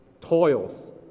toils